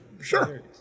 Sure